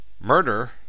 Murder